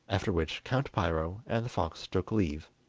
after which count piro and the fox took leave.